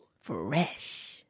Fresh